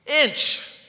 inch